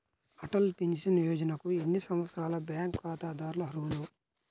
Atal pension యోజనకు ఎన్ని సంవత్సరాల బ్యాంక్ ఖాతాదారులు అర్హులు?